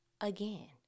again